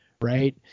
Right